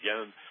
again